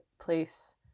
place